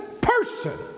person